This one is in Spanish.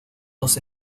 los